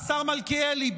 השר מלכיאלי,